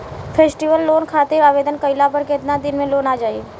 Festival loan खातिर आवेदन कईला पर केतना दिन मे लोन आ जाई?